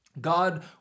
God